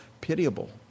pitiable